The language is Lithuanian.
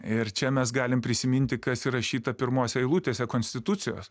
ir čia mes galim prisiminti kas įrašyta pirmose eilutėse konstitucijos